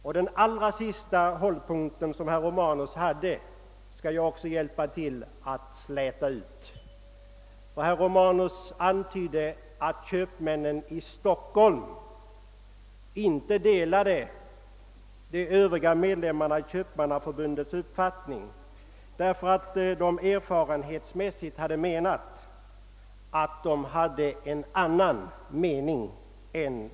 Herr Romanus” sista hållpunkt skall jag också ta ifrån honom. Han antydde att köpmännen i Stockholm inte delade den uppfattning övriga medlemmar i Köpmannaförbundet har därför att de har en annan erfarenhet.